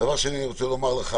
דבר שני, אני רוצה לומר לך